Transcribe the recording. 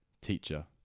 teacher